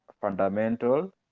fundamental